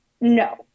no